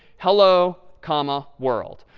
hello, comma, world.